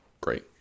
great